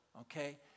Okay